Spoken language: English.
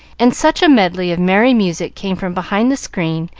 and such a medley of merry music came from behind the screen,